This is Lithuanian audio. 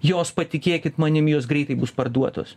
jos patikėkit manim jos greitai bus parduotos